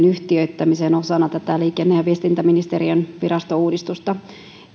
yhtiöittämiseen osana liikenne ja viestintäministeriön virastouudistusta